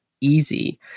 easy